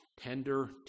tender